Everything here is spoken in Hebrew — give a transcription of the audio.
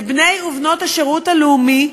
את בני ובנות השירות הלאומי,